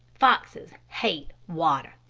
foxes hate water,